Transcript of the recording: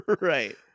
right